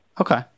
Okay